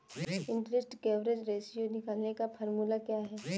Interest coverage ratio निकालने का formula क्या है?